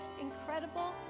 incredible